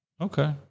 Okay